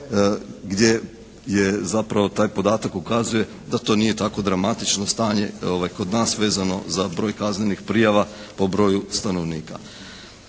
gdje je zapravo taj podatak ukazuje da to nije tako dramatično stanje kod nas vezano za broj kaznenih prijava po broju stanovnika.